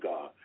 God